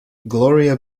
gloria